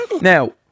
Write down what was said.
now